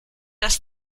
dass